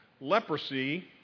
Leprosy